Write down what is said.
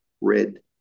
red